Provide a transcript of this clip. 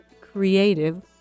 creative